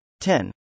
10